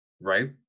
right